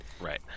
Right